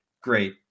great